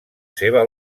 seva